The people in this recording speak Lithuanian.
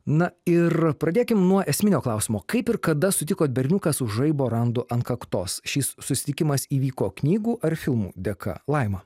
na ir pradėkim nuo esminio klausimo kaip ir kada sutikot berniuką su žaibo randu ant kaktos šis susitikimas įvyko knygų ar filmų dėka laima